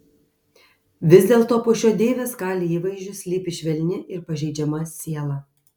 vis dėlto po šiuo deivės kali įvaizdžiu slypi švelni ir pažeidžiama siela